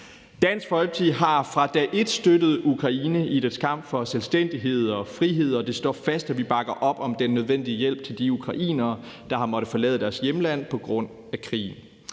Dansk Folkeparti har fra dag et støttet Ukraine i dets kamp for selvstændighed og frihed, og det står fast, at vi bakker op om den nødvendige hjælp til de ukrainere, der har måttet forlade deres hjemland på grund af krigen.